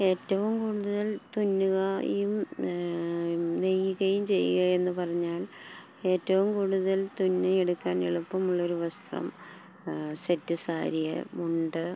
ഏറ്റവും കൂടുതൽ തുന്നുകയും നെയ്യുകയും ചെയ്യുകയെന്ന് പറഞ്ഞാൽ ഏറ്റവും കൂടുതൽ തുന്നിയെടുക്കാൻ എളുപ്പമുള്ളൊരു വസ്ത്രം സെറ്റ് സാരി മുണ്ട്